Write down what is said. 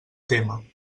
témer